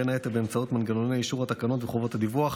בין היתר באמצעות מנגנוני אישור התקנות וחובות הדיווח,